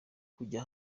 kujya